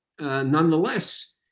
Nonetheless